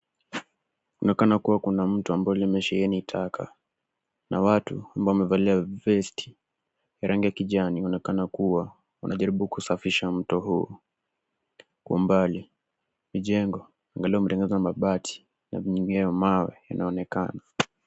Kunaonekana kuwa kuna mto ambao limesheheni taka na watu ambao wamevalia vesti rangi ya kijani wanaonekana kuwa wanajaribu kusafisha mto huu. Kwa umbali mijengo iliyotengenezwa kwa mabati na mengine mawe inaonekana.